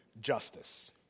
justice